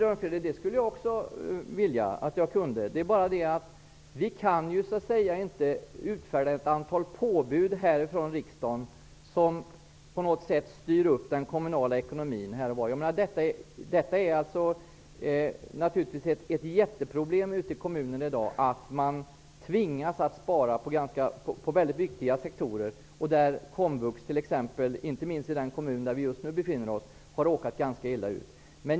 Herr talman! Ja, Krister Örnfjäder, det skulle jag också önska att jag kunde. Men vi kan inte utfärda ett antal påbud härifrån riksdagen som skall styra den kommunala ekonomin. Det är naturligtvis ett mycket stort problem ute i kommunerna i dag att man tvingas spara på mycket viktiga sektorer. Inte minst i den kommun där vi just nu befinner oss har t.ex. komvux råkat ganska illa ut.